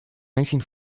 nineteen